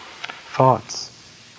Thoughts